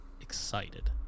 excited